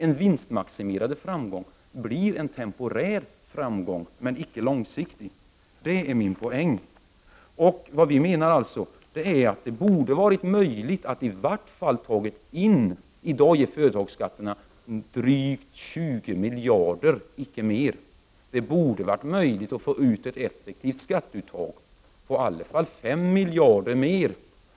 En vinstmaximerad framgång blir en temporär framgång, icke långsiktig. Det är min poäng. Vi menar alltså att det borde ha varit möjligt att i dag genom företagsskatterna ta in i vart fall drygt 20 miljarder, icke mer. Det borde ha varit möjligt att få ut ett effektivt skatteuttag på i alla fall 5 miljarder mer.